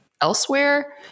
elsewhere